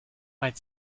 i’d